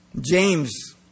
James